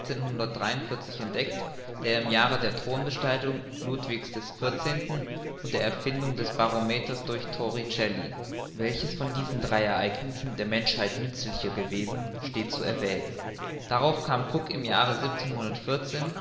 entdeckt dem jahre der thronbesteigung ludwig's xiv und der erfindung des barometer durch toricelli welches von diesen drei ereignissen der menschheit nützlicher gewesen steht zu erwägen darauf kamen cook im jahre